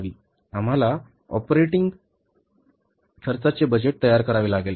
आम्हाला ऑपरेटिंग खर्चाचे बजेट तयार करावे लागेल